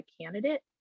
candidate